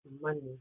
money